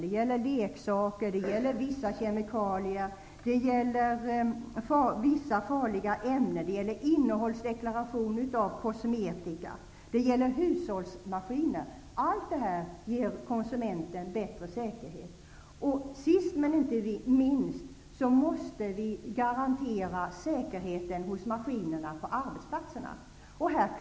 Det gäller leksaker, vissa kemikalier, vissa farliga ämnen, innehållsdeklaration för kosmetiska, och det gäller hushållsmaskiner -- på alla dessa områden får konsumenten en bättre säkerhet. Sist men icke minst måste vi garantera säkerheten hos maskinerna på arbetsplatserna.